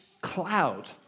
cloud